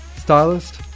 stylist